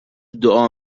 دعا